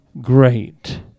great